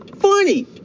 Funny